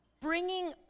bringing